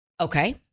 Okay